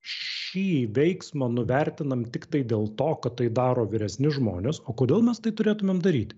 šį veiksmą nuvertinam tiktai dėl to kad tai daro vyresni žmonės o kodėl mes tai turėtumėm daryti